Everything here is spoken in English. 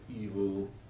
evil